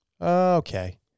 okay